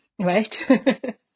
Right